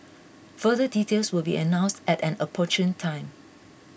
further details will be announced at an opportune time